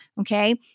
okay